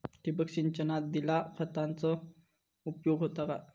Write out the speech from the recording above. ठिबक सिंचनान दिल्या खतांचो उपयोग होता काय?